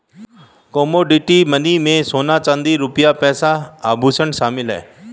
commodity money में सोना चांदी रुपया पैसा आभुषण शामिल है